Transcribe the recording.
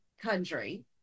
country